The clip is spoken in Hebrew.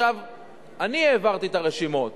אני העברתי את הרשימות